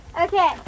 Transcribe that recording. okay